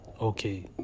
okay